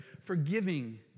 forgiving